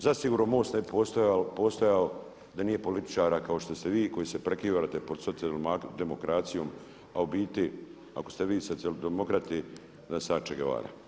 Zasigurno MOST ne bi postojao da nije političara kao što ste vi koji se prekrivate pod socijalnom demokracijom a u biti ako ste vi socijaldemokrati onda sam ja Che Guevara.